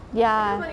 ya